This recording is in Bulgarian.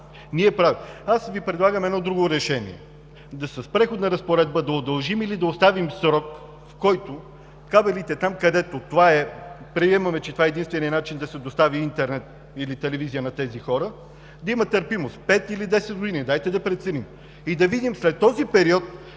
правило. Аз Ви предлагам друго решение: с преходна разпоредба да удължим или да оставим срок, в който кабелите там, където приемаме, че това е единственият начин да се достави интернет или телевизия на тези хора, да има търпимост пет или десет години – дайте да преценим. И да видим след този период